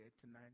tonight